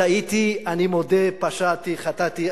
טעיתי, אני מודה, פשעתי, חטאתי.